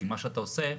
כי מה שאתה עושה,